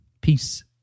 Peace